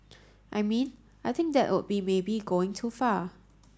I mean I think that would be maybe going too far